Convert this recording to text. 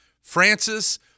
Francis